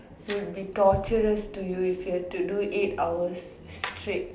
would be torturous to you if you have to do eight hours straight